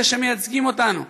אלא שמייצגים אותנו,